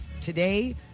today